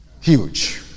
Huge